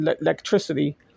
electricity